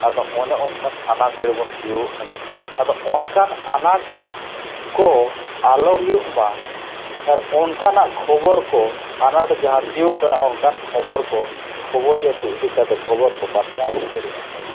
ᱟᱫᱚ ᱚᱱᱮ ᱚᱱᱠᱟᱱ ᱟᱱᱟᱴ ᱨᱮᱵᱚᱱ ᱛᱤᱭᱳᱜᱚᱜ ᱠᱟᱱᱟ ᱟᱫᱚ ᱚᱱᱠᱟᱱ ᱟᱱᱟᱴ ᱠᱚ ᱟᱞᱚ ᱦᱩᱭᱩᱜ ᱢᱟ ᱟᱨ ᱚᱱᱠᱟᱱᱟᱜ ᱠᱷᱚᱵᱚᱨ ᱠᱚ ᱟᱱᱟᱴ ᱡᱟᱦᱟᱸ ᱛᱤᱭᱳᱜᱚᱜ ᱠᱟᱱᱟ ᱚᱱᱠᱟᱱ ᱠᱷᱚᱵᱚᱨ ᱠᱚ ᱠᱷᱚᱵᱚᱨᱤᱭᱟᱹ ᱠᱚ ᱤᱫᱤ ᱠᱟᱛᱮᱫ ᱠᱷᱚᱵᱚᱨ ᱠᱚ ᱯᱟᱥᱱᱟᱣ ᱞᱮᱠᱷᱟᱱ ᱟᱹᱰᱤ ᱱᱟᱯᱟᱭᱚᱜᱼᱟ